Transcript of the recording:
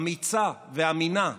אמיצה ואמינה.